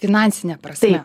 finansine prasme